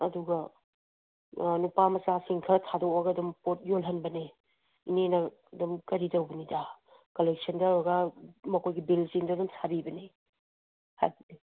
ꯑꯗꯨꯒ ꯅꯨꯄꯥ ꯃꯆꯥꯁꯤꯡ ꯈꯔ ꯊꯥꯗꯣꯛꯑꯒ ꯑꯗꯨꯝ ꯄꯣꯠ ꯌꯣꯜꯍꯟꯕꯅꯦ ꯏꯅꯦꯅ ꯑꯗꯨꯝ ꯀꯔꯤ ꯇꯧꯕꯅꯤꯗ ꯀꯂꯦꯛꯁꯟ ꯇꯧꯔꯒ ꯃꯈꯣꯏꯒꯤ ꯕꯤꯜꯁꯤꯡꯗꯨ ꯑꯗꯨꯝ ꯁꯥꯕꯤꯕꯅꯦ ꯍꯥꯏꯕꯗꯤ